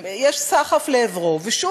יש סחף לעברו, ושוב